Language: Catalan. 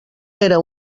era